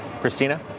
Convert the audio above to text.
Christina